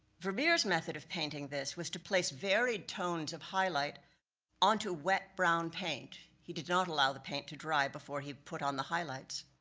vermeer's method of painting this, was to place varied tones of highlight onto wet brown paint. he did not allow the paint to dry before he put on the highlights.